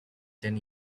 ten